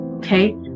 Okay